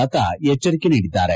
ಲತಾ ಎಚ್ಚರಿಕೆ ನೀಡಿದ್ದಾರೆ